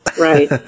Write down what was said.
Right